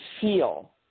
feel